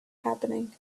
happening